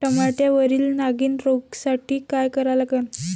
टमाट्यावरील नागीण रोगसाठी काय करा लागन?